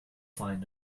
find